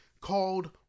called